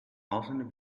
ausländer